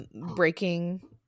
breaking